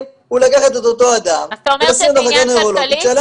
הוא לקחת את אותו אדם ולשים במחלקה נוירולוגית שעליה